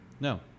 No